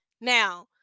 Now